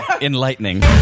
Enlightening